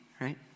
right